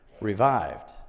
revived